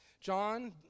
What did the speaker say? John